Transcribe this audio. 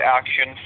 action